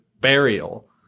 burial